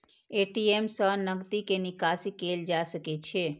ATM सं नकदी के निकासी कैल जा सकै छै